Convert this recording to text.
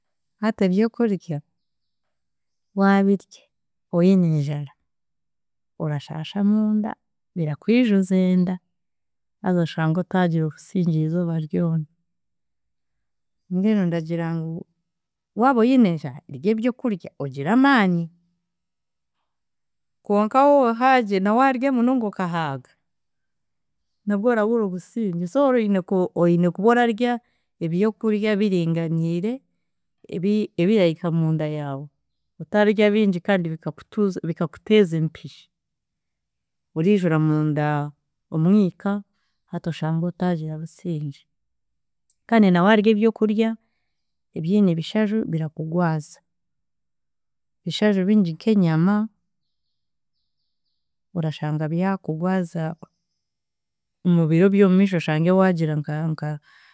Hati ebyokudya waabidya oine enjara, orashaasha munda birakwijuza enda, haza oshange otagira obusingye eizooba ryona, mbwenu ndagira ngu, waaba oine enjaara odye obyokudya ogire amaani. Konka woohagire nawaadya munonga okahaaga nabwe orabura obusingye, so oine ku- oine kuba oradya edyokudya ebiringaniire ebi- ebirahika munda yaawe, otaadya bingi kandi bikakutuza bikakuteeza empihi, orijura munda omwika, hati oshange otagira busingye. Kandi nawadya ebyokudya ebyine ebishaju birakugwaza, ebishaju bingi nk’enyama, orashanga by’akugwaza, mubiro by’omumisho oshange waagira nka nka